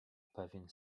pewien